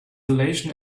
elation